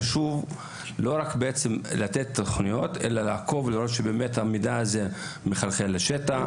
חשוב לא רק לתת תוכניות אלא לעקוב ולראות שבאמת המידע הזה מחלחל לשטח.